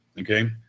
okay